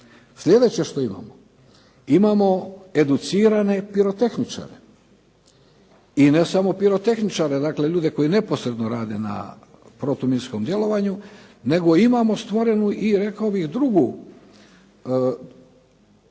Sljedeće što imamo, imamo educirane pirotehničare. I ne samo pirotehničare, dakle ljude koji neposredno rade na protuminskom djelovanju nego imamo stvorenu i rekao bih drugu humanu